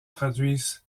traduisent